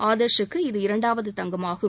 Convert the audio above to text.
ஆதர்ஷுக்கு இது இரண்டாவது தங்கமாகும்